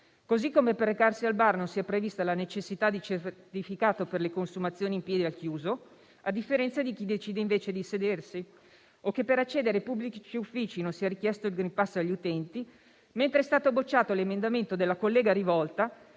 Così come per recarsi al bar non è prevista la necessità di certificato per le consumazioni in piedi al chiuso, a differenza di chi decide, invece, di sedersi. Per accedere ai pubblici uffici non è richiesto il *green pass* agli utenti, mentre è stato bocciato l'emendamento della collega Rivolta,